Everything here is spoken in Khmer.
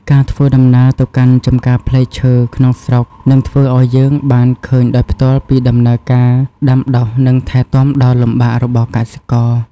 ការធ្វើដំណើរទៅកាន់ចម្ការផ្លែឈើក្នុងស្រុកនឹងធ្វើឱ្យយើងបានឃើញដោយផ្ទាល់ពីដំណើរការដាំដុះនិងថែទាំដ៏លំបាករបស់កសិករ។